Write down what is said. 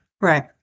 Right